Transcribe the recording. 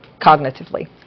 cognitively